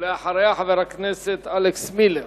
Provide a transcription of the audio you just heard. ואחריה, חבר הכנסת אלכס מילר.